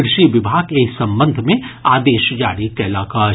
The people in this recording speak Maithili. कृषि विभाग एहि संबंध मे आदेश जारी कयलक अछि